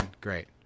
great